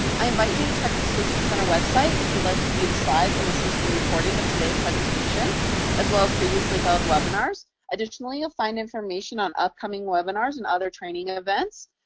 i invite you to check the solutions center web site if you'd like to view the slides and listen to the recording of today's presentation as well as previously-held webinars. additionally you'll find information on upcoming webinars and other training events.